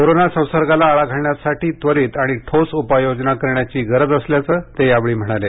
corona संसर्गाला आळा घालण्यासाठी त्वरित आणि ठोस उपाय योजना करण्याची गरज असल्याचे ते यावेळी म्हणाले